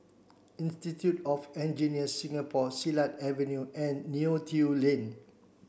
Institute of Engineers Singapore Silat Avenue and Neo Tiew Lane